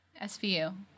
SVU